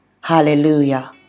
Hallelujah